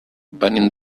venim